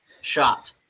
shot